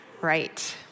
Right